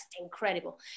incredible